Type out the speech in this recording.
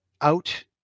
out